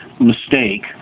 mistake